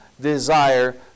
desire